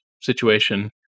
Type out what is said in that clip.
situation